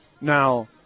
now